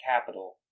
capital